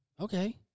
okay